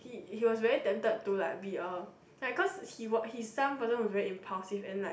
he he was very tempted to like be a like cause he he's some person who is very impulsive and like